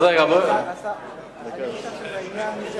אז אם ככה, חשבתי, אדוני היושב-ראש,